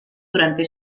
durante